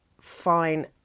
fine